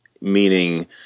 meaning